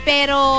Pero